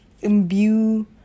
imbue